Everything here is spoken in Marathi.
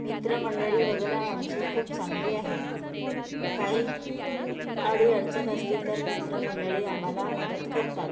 मित्रमंडळी वगैरे आमची खूप चांगली आहे काही अडीअडचण असली तर मित्रमंडळी आम्हाला मदत करतात